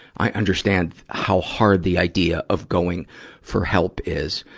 i understand how hard the idea of going for help is.